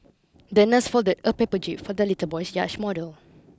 the nurse folded a paper jib for the little boy's yacht model